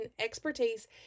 expertise